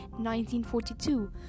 1942